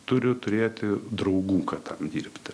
turi turėti draugų kad tam dirbti